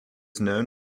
known